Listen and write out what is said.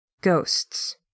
Ghosts